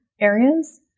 areas